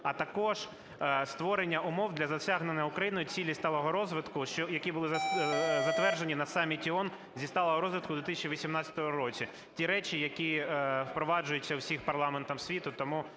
А також створення умов для досягнення Україною Цілей сталого розвитку, які були затверджені на Саміті ООН зі сталого розвитку в 2018 році, ті речі, які впроваджуються в усіх парламентах світу. Тому,